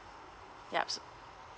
yup